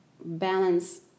balance